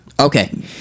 Okay